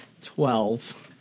Twelve